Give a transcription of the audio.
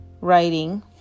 writing